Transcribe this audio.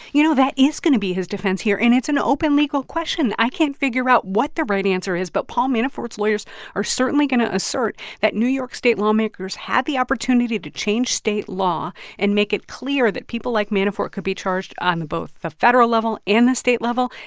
you know, that is going to be his defense here, and it's an open legal question. i can't figure out what the right answer is. but paul manafort's lawyers are certainly going to assert that new york state lawmakers had the opportunity to change state law and make it clear that people like manafort could be charged on both the federal level and the state level.